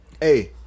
Hey